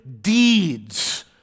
deeds